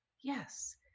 yes